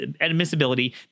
admissibility